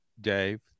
Dave